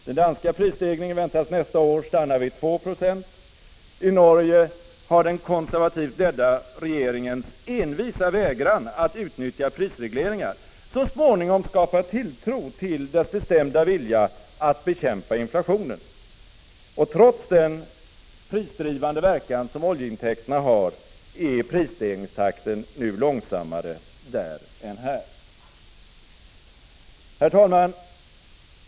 Den danska prisstegringen väntas nästa år stanna vid 270. I Norge har den konservativt ledda regeringens envisa vägran att utnyttja prisregleringar så småningom skapat tilltro till dess bestämda vilja att bekämpa inflationen, och trots den prisdrivande verkan som oljeintäkterna har, är prisstegringstakten nu långsammare där än här. Herr talman!